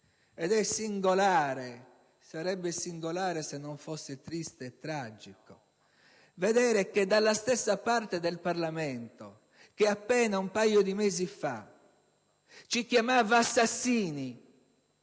Paese. E sarebbe singolare, se non fosse triste e tragico, vedere che dalla stessa parte del Parlamento che appena un paio di mesi fa ci chiamava assassini